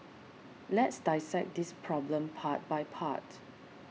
let's dissect this problem part by part